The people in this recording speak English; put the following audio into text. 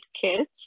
kids